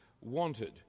wanted